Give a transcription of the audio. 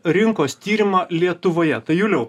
rinkos tyrimą lietuvoje tai juliau